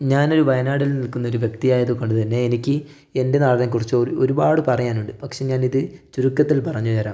ഞാനൊരു വയനാടിൽ നിൽക്കൊന്നൊരു വ്യക്തിയായത് കൊണ്ടുതന്നെ എനിക്ക് എൻ്റെ നാടിനെക്കുറിച്ചു ഒരു ഒരുപാട് പറയാനുണ്ട് പക്ഷേ ഞാനിത് ചുരുക്കത്തിൽ പറഞ്ഞു തരാം